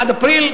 עד אפריל,